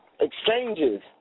Exchanges